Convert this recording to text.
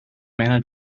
mana